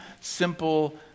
simple